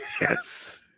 Yes